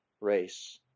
race